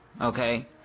Okay